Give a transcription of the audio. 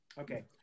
Okay